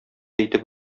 әйтеп